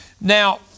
Now